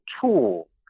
tool